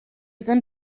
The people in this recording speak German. sind